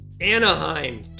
Anaheim